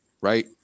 right